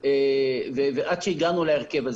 עד שהגענו להרכב,